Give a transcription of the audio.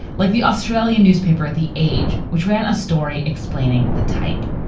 like the australian newspaper at the age, which ran a story explaining the type.